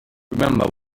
remember